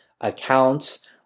accounts